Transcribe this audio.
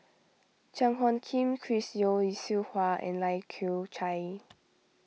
Cheang Hong Kim Chris Yeo Siew Hua and Lai Kew Chai